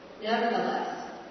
Nevertheless